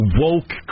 woke